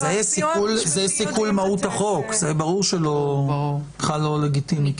זה סיכול מהות החוק, וברור שזה בכלל לא לגיטימי.